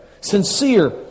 sincere